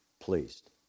pleased